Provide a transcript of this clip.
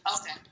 okay